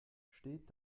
steht